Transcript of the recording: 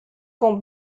camp